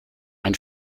ein